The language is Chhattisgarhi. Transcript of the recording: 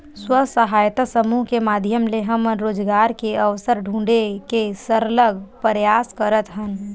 स्व सहायता समूह के माधियम ले हमन रोजगार के अवसर ढूंढे के सरलग परयास करत हन